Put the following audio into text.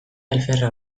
alferra